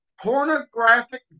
pornographic